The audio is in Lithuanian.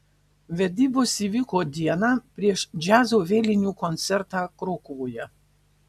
vedybos įvyko dieną prieš džiazo vėlinių koncertą krokuvoje